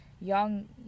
Young